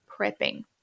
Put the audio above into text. prepping